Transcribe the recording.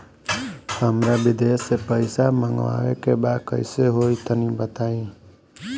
हमरा विदेश से पईसा मंगावे के बा कइसे होई तनि बताई?